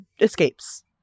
escapes